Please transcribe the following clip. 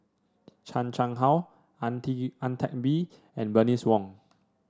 Chan Chang How Ang Ang Teck Bee and Bernice Wong